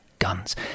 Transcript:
guns